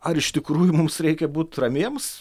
ar iš tikrųjų mums reikia būt ramiems